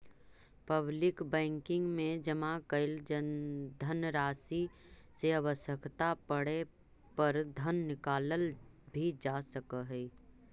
public banking में जमा कैल धनराशि से आवश्यकता पड़े पर धन निकालल भी जा सकऽ हइ